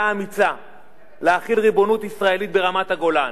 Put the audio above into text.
אמיצה להחיל ריבונות ישראלית ברמת-הגולן,